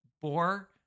bore